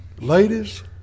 Ladies